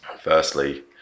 Firstly